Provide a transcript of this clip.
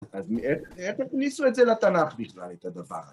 אז איך הכניסו את זה לתנ״ך בכלל, את הדבר הזה?